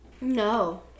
No